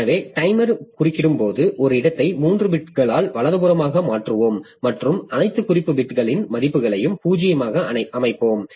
எனவே டைமர் குறுக்கிடும்போது ஒரு இடத்தை 3 பிட்களால் வலதுபுறமாக மாற்றுவோம் மற்றும் அனைத்து குறிப்பு பிட்களின் மதிப்புகளையும் 0 ஆக அமைப்போம்